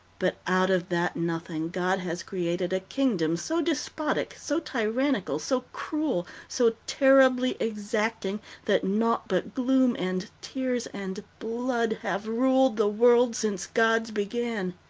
but out of that nothing god has created a kingdom so despotic, so tyrannical, so cruel, so terribly exacting that naught but gloom and tears and blood have ruled the world since gods began.